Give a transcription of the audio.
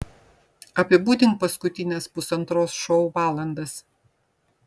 apibūdink paskutines pusantros šou valandos